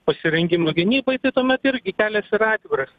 pasirengimo gynybai tai tuomet irgi kelias yra atviras